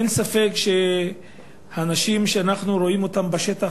אין ספק שהאנשים שאנחנו רואים בשטח,